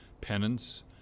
penance